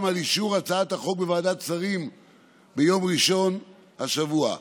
אישור הצעת החוק בוועדת שרים ביום ראשון השבוע.